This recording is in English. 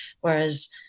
Whereas